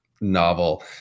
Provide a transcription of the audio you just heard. novel